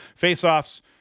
Faceoffs